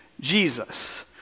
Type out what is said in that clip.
Jesus